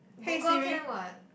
Google can what